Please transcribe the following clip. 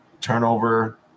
turnover